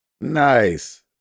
nice